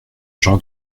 genre